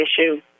issue